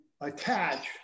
attach